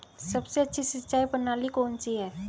सबसे अच्छी सिंचाई प्रणाली कौन सी है?